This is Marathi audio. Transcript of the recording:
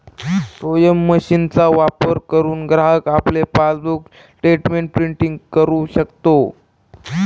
स्वयम मशीनचा वापर करुन ग्राहक आपले पासबुक स्टेटमेंट प्रिंटिंग करु शकतो